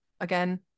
Again